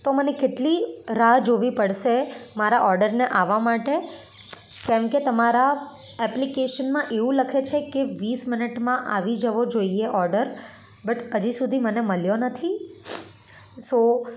તો મને કેટલી રાહ જોવી પડશે મારા ઓર્ડરને આવવા માટે કેમ કે તમારા એપ્લિકેશનમાં એવું લખે છે કે વીસ મિનિટમાં આવી જવો જોઈએ ઓર્ડર બટ હજી સુધી મને મળ્યો નથી સો